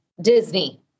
Disney